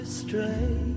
stray